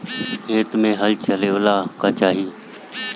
खेत मे हल चलावेला का चाही?